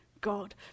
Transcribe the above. God